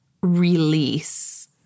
release